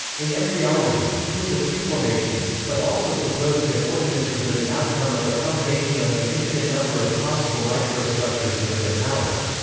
in embryology, he was a preformationist, but also proposed that organisms are the outcome of a combination of an infinite number of possible microstructures and of their powers.